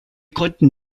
konnten